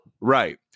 Right